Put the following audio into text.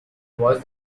was